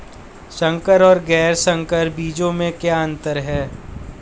संकर और गैर संकर बीजों में क्या अंतर है?